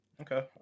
Okay